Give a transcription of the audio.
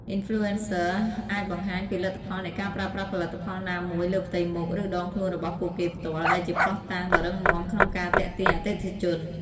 អុីនផ្លូអេនសឹ អាចបង្ហាញពីលទ្ធផលនៃការប្រើប្រាស់ផលិតផលណាមួយលើផ្ទៃមុខ ឬដងខ្លួនរបស់ពួកគេផ្ទាល់ ដែលជាភស្តុតាងដ៏រឹងមាំក្នុងការទាក់ទាញអតិថិជន។